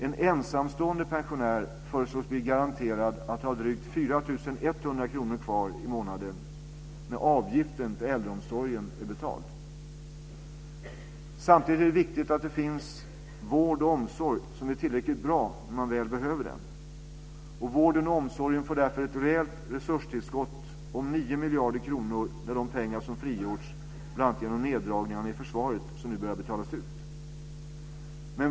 En ensamstående pensionär föreslås bli garanterad att ha drygt 4 100 kr kvar i månaden när avgiften till äldreomsorgen är betald. Samtidigt är det viktigt att det finns vård och omsorg som är tillräckligt bra när man väl behöver den. Vården och omsorgen får därför ett rejält resurstillskott på 9 miljarder kronor med de pengar som frigjorts bl.a. genom neddragningar i försvaret som nu börjar betalas ut.